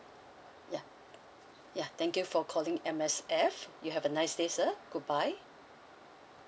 ya ya thank you for calling M_S_F you have a nice day sir goodbye